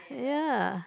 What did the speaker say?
ya